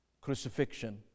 Crucifixion